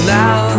now